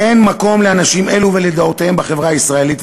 אין מקום לאנשים אלו ולדעותיהם בחברה הישראלית.